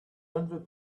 hundred